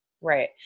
Right